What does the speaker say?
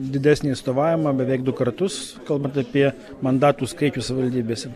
didesnį atstovavimą beveik du kartus kalbant apie mandatų skaičių savivaldybėse